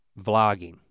vlogging